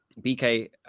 BK